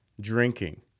drinking